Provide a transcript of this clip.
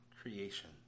creation